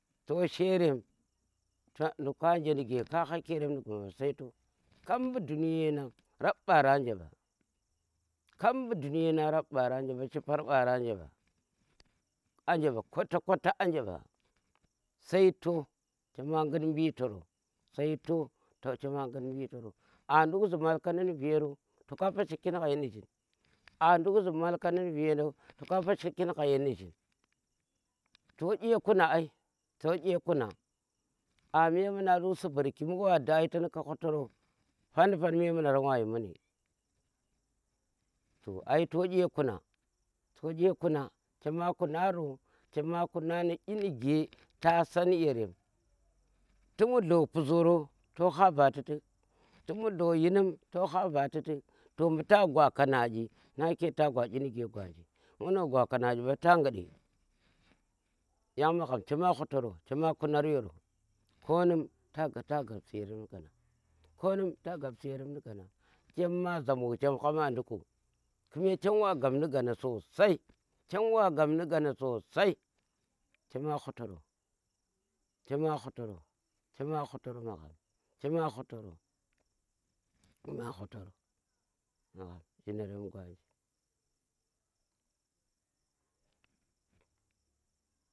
Toh she rem nduku anje nige ka ha ki yaren ni guma ɓa sai toh, kap mbu duniye na rap ɓaro anje ɓa, kap mbu dunye nang rap mbaran je mba nu shipar ɓaro anje ɓa kwata kwata anje mba sai toh chema ngit mbu̱ yiti ɓoro. sai to, to chema ngit mbu yiti t nduk zi malkoni ni vero to ko pashakin nge yo nijin, a nduk ziki malkadin vero pashakin gha ye niji. n toh ƙe kuna ai, to ke kuna a memuna nduk sibur ki mbu̱ wa da yitan tu hutoro fan ni fan memunaran wa yhi muni toh ai to ey kuna. to ey kuna chema kuna ro, chema kuna ro ni nige ta san yerem, tu mudlo puzroo toh ha va gha titik, ti mutlo yi nim toh ha va titik, to mbu ta gwa kadani, nake ta gwa kyi nuke gwanji mbu̱ no gwa kanaɗi ɓa ta ghudi yang magham chema hutaro chema kunar yero ko num ta riga ta gap si yeremi ko num ta gapsi yerem nu gana chema zambuk ta kap si yerem nu gana kime chem wa gap nu gana sosai, chem wa gap ni gana sosai chema hutoro, chema hutoro, chema hutoro. magham chema hutoro, chema hutoro magham jhinarem gwanji.